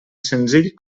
senzill